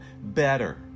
better